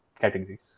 categories